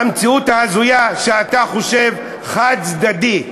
המציאות ההזויה היא שאתה חושב חד-צדדית.